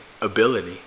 ability